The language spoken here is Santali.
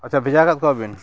ᱟᱪᱪᱷᱟ ᱵᱷᱮᱡᱟ ᱟᱠᱟᱫ ᱠᱚᱣᱟᱵᱤᱱ